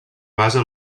basa